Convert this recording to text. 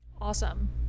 Awesome